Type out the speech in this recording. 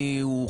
מאה אחוז.